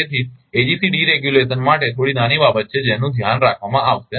તેથી AGC deregulation માટે થોડી નાની બાબત છે જેનું ધ્યાન રાખવામાં આવશે